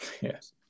Yes